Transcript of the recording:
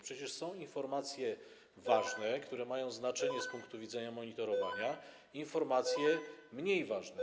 Przecież są informacje ważne, które mają znaczenie z punktu widzenia monitorowania, i informacje mniej ważne.